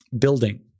building